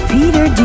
Peter